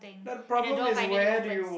and the door finally opens